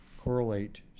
correlate